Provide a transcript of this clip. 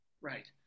Right